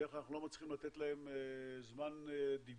בדרך כלל אנחנו לא מצליחים לתת להם זמן דיבור